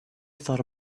thought